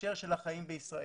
בהקשר של החיים בישראל.